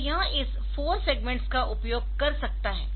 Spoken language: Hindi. तो यह इस 4 सेग्मेंट्स का उपयोग कर सकता है